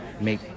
make